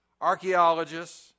archaeologists